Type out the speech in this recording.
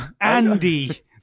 Andy